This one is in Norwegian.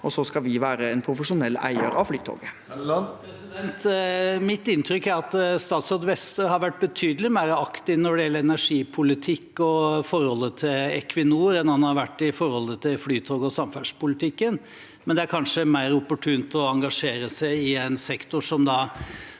og så skal vi være en profesjonell eier av Flytoget. Trond Helleland (H) Mitt inntrykk er at statsråd Vestre har vært betydelig mer aktiv når det gjelder energipolitikk og forholdet til Equinor, enn han har vært i forholdet til Flytoget og samferdselspolitikken, men det er kanskje mer opportunt å engasjere seg i en slik sektor.